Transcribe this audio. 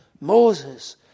Moses